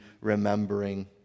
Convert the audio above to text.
remembering